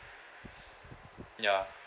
ya